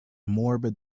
morbid